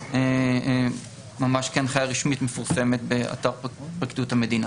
כהנחיה רשמית מפורסמת באתר פרקליטות המדינה.